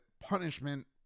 punishment